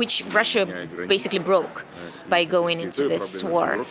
which russia basically broke by going into this war.